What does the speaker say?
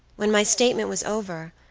when my statement was over,